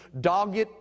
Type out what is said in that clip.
dogged